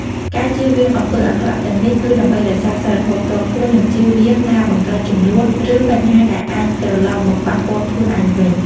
ការជៀសវាងអំពើអាក្រក់ទាំងនេះ គឺដើម្បីរក្សាសីលធម៌ផ្ទាល់ខ្លួន និងជៀសវាងការបង្កើតជម្លោះ ឬបញ្ហាដែលអាចត្រលប់មកប៉ះពាល់ខ្លួនឯងវិញ។